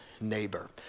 neighbor